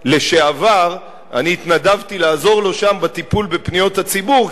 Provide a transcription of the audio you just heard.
"לשעבר"; אני התנדבתי לעזור לו שם בטיפול בפניות הציבור,